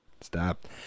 Stop